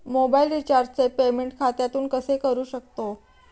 Mobile रिचार्जचे payment खात्यातून कसे करू शकतो?